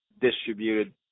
distributed